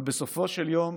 אבל בסופו של יום